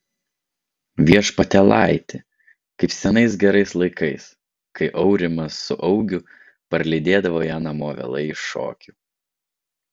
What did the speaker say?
viešpatėlaiti kaip senais gerais laikais kai aurimas su augiu parlydėdavo ją namo vėlai iš šokių